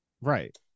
Right